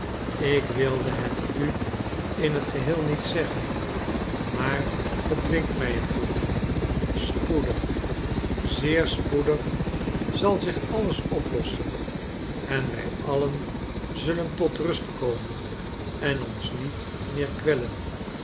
ik wilde het u in het geheel niet zeggen maar ge dwingt er mij toe spoedig zeer spoedig zal zich alles oplossen en wij allen zullen tot rust komen en ons niet meer kwellen